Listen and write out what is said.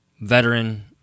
veteran